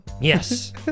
Yes